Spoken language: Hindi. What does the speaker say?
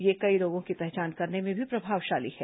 यह कई रोगों की पहचान करने में भी प्रभावशाली है